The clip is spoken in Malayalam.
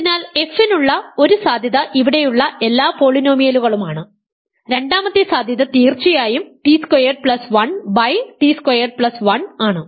അതിനാൽ f നുള്ള ഒരു സാധ്യത ഇവിടെയുള്ള എല്ലാ പോളിനോമിയലുകളുമാണ് രണ്ടാമത്തെ സാധ്യത തീർച്ചയായും T squared plus 1 T squared plus 1 ആണ്